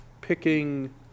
picking